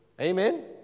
Amen